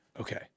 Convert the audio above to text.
Okay